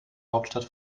hauptstadt